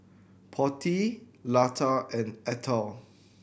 Potti Lata and Atal